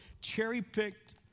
cherry-picked